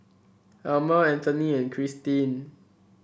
Elmer Anthony and Cristin